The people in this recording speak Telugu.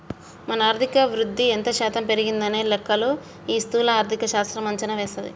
మన ఆర్థిక వృద్ధి ఎంత శాతం పెరిగిందనే లెక్కలు ఈ స్థూల ఆర్థిక శాస్త్రం అంచనా వేస్తది